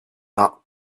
that